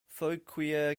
fauquier